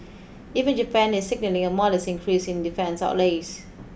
even Japan is signalling a modest increase in defence outlays